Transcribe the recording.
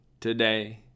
today